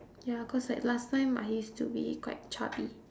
ya cause like last time I used to be quite chubby